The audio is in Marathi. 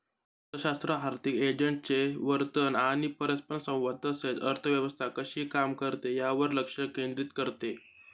अर्थशास्त्र आर्थिक एजंट्सचे वर्तन आणि परस्परसंवाद तसेच अर्थव्यवस्था कशी काम करते यावर लक्ष केंद्रित करते